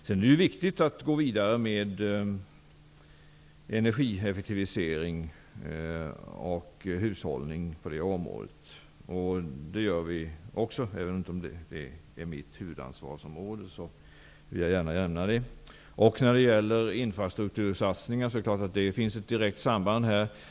Sedan är det viktigt att gå vidare med energieffektivisering och hushållning på det området, och det gör vi också. Även om det inte är mitt huvudansvarsområde, vill jag gärna nämna det. Här finns ett direkt samband med infrastruktursatsningar.